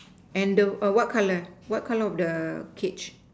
and the what color what color of the cage